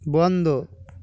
বন্ধ